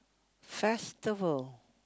festival